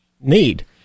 need